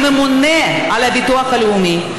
כממונה על הביטוח הלאומי,